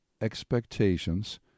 expectations